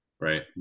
right